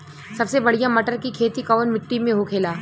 सबसे बढ़ियां मटर की खेती कवन मिट्टी में होखेला?